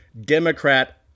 Democrat